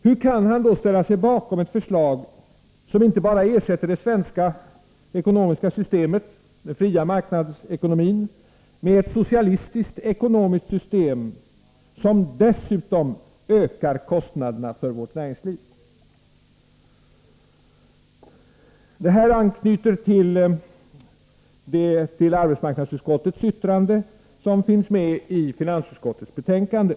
Hur kan han då ställa sig bakom ett förslag som inte bara ersätter det svenska ekonomiska systemet, den fria marknadsekonomin, med ett socialistiskt ekonomiskt system utan också ökar kostnaderna för vårt näringsliv? Detta anknyter till arbetsmarknadsutskottets yttrande, som finns med i finansutskottets betänkande.